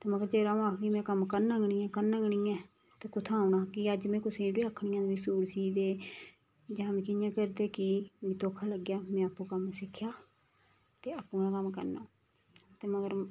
ते मगर जेकर आ'ऊं आखगी में कम्म करना गै नी ऐ करना गै नी ऐ ते कुत्थां औना हा अज्ज में कुसै गी थोह्ड़ी आखनी आं मिगी सूट सी दे जां मिकी इ'यां करी दे कि मी धोखा लग्गेआ में आपूं कम्म सिक्खेआ ते अपना कम्म करना ते मगर